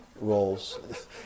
roles